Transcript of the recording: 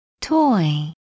Toy